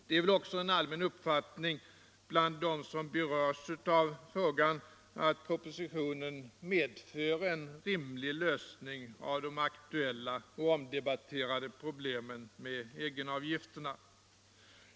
Det är väl också en allmän uppfattning bland dem som berörs av frågan att propositionen medför en rimlig lösning av de aktuella och omdebatterade problemen med egenavgifterna.